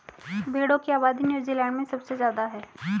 भेड़ों की आबादी नूज़ीलैण्ड में सबसे ज्यादा है